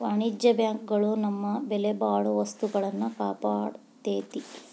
ವಾಣಿಜ್ಯ ಬ್ಯಾಂಕ್ ಗಳು ನಮ್ಮ ಬೆಲೆಬಾಳೊ ವಸ್ತುಗಳ್ನ ಕಾಪಾಡ್ತೆತಿ